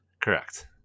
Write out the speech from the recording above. Correct